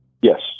Yes